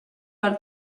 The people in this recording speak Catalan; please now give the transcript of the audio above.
per